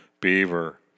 Beaver